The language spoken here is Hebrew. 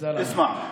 יא זלמה.